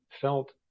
felt